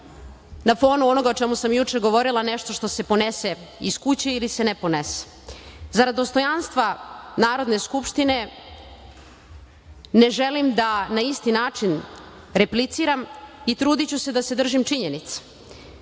na fonu onoga što sam juče govorila nešto što se ponese iz kuće ili se ne ponese. Zarad dostojanstva Narodne skupštine ne želim da na isti način repliciram i trudiću se da se držim činjenica.